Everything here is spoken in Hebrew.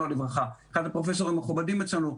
אחד הפרופסורים המכובדים אצלו,